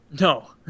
No